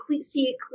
see